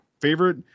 favorite